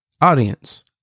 audience